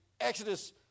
Exodus